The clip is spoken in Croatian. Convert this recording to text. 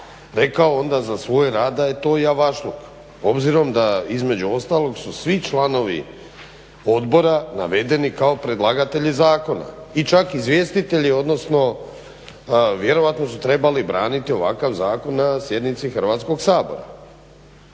rekao onda za svoj rad da je to javašluk obzirom da između ostalog su svi članovi odbora navedeni kao predlagatelji zakona i čak izvjestitelji odnosno vjerojatno su trebali braniti ovakav zakon na sjednici Hrvatskog sabora.